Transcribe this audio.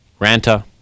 Ranta